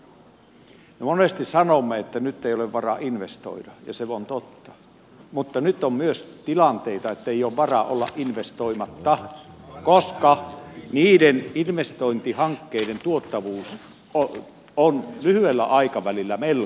me monesti sanomme että nyt ei ole varaa investoida ja se on totta mutta nyt on myös tilanteita ettei ole varaa olla investoimatta koska niiden investointihankkeiden tuottavuus on lyhyellä aikavälillä melkoinen